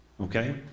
okay